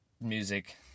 music